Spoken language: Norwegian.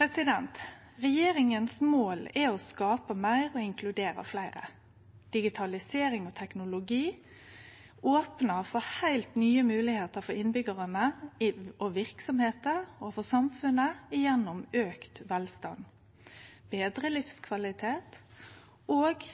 Regjeringa sitt mål er å skape meir og inkludere fleire. Digitalisering og teknologi opnar for heilt nye moglegheiter for innbyggjarane, for verksemder og for samfunnet gjennom auka velstand, betre livskvalitet og